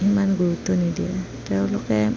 সিমান গুৰুত্ব নিদিয়ে তেওঁলোকে